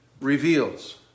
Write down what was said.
reveals